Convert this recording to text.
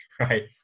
Right